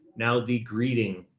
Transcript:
now the greeting,